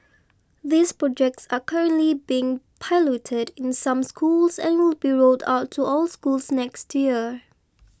these projects are currently being piloted in some schools and will be rolled out to all schools next year